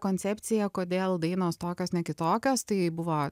koncepciją kodėl dainos tokios ne kitokios tai buvo